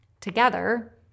Together